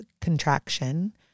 contraction